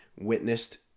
witnessed